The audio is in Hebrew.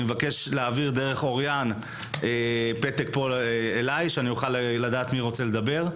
אני מבקש להעביר אליי פתק כדי שאדע מי רוצה לדבר.